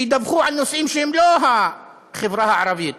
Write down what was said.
שידווחו על נושאים שהם לא החברה הערבית,